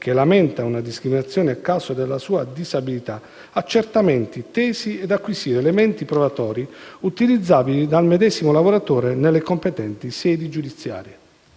che lamenta una discriminazione a causa del sua disabilità, accertamenti tesi ad acquisire elementi probatori utilizzabili dal medesimo lavoratore nelle competenti sedi giudiziarie.